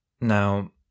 Now